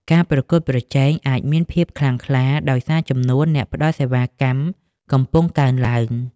ការប្រកួតប្រជែង អាចមានភាពខ្លាំងក្លា ដោយសារចំនួនអ្នកផ្តល់សេវាកម្មកំពុងកើនឡើង។